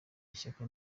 ishyaka